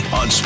on